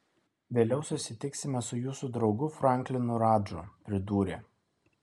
vėliau susitiksime su jūsų draugu franklinu radžu pridūrė